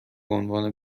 عنوان